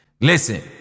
listen